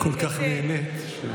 כל כך נהנית.